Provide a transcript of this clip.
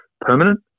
permanent